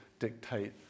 dictate